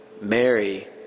Mary